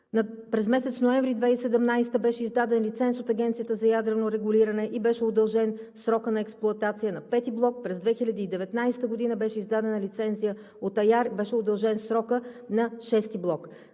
През месец ноември 2017 г. беше издаден лиценз от Агенцията за ядрено регулиране и беше удължен срокът на експлоатация на V блок, през 2019 г. беше издадена лицензия от АЯР и беше удължен срокът на VI блок.